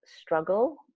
struggle